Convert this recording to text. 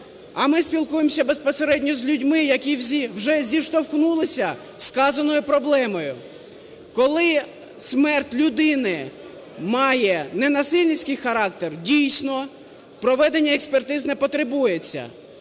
А ми спілкуємося безпосередньо з людьми, які вже зіштовхнулися із сказаною проблемою, коли смерть людини має не насильницький характер, дійсно, проведення експертиз не потребується.